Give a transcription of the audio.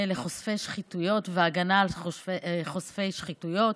לחושפי שחיתות והגנה על חושפי שחיתויות.